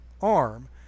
arm